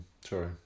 sorry